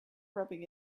rubbing